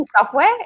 software